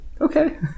Okay